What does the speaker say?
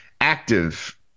active